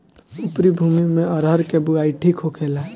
उपरी भूमी में अरहर के बुआई ठीक होखेला?